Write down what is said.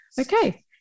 okay